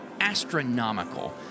astronomical